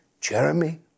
Jeremy